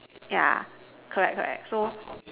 yeah correct correct so